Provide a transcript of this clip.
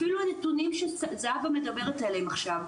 אפילו הנתונים שזהבה מדברת עליהם עכשיו,